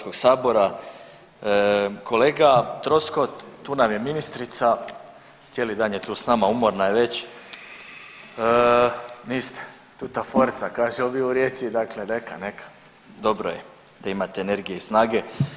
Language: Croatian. Kolega Troskot, tu nam je ministrica, cijeli dan je tu s nama, umorna je već … [[Upadica iz klupe se ne razumije]] , niste, tuta forca kažu ovi u Rijeci, dakle neka, neka, dobro je da imate energije i snage.